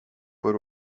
voor